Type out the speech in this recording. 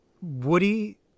woody